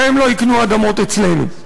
שהם לא יקנו אדמות אצלנו.